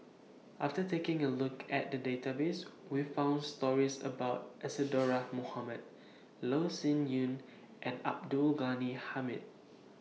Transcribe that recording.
after taking A Look At The Database We found stories about Isadhora Mohamed Loh Sin Yun and Abdul Ghani Hamid